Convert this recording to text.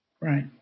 Right